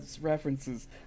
references